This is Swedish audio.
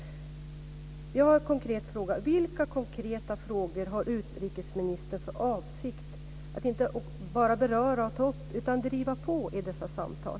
Jag har ytterligare en fråga: Vilka konkreta frågor har utrikesministern för avsikt att inte bara beröra och ta upp, utan att driva på i dessa samtal?